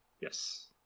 Yes